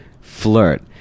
flirt